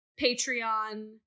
Patreon